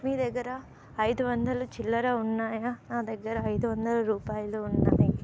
మీ దగ్గర ఐదు వందల చిల్లర ఉన్నాయా నా దగ్గర ఐదు వందల రూపాయలు ఉన్నాయి